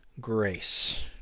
grace